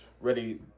ready